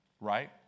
Right